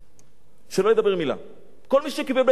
שלא ידבר מלה, כל מי שקיבל מהם שקל אחד.